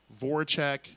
Voracek